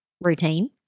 routine